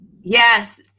yes